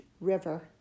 river